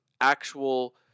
actual